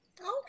Okay